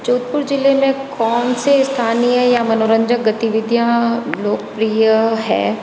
जोधपुर जिले में कौन से स्थानीय या मनोरंजक गतिविधियाँ लोकप्रिय हैं